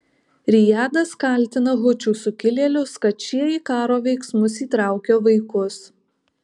rijadas kaltina hučių sukilėlius kad šie į karo veiksmus įtraukia vaikus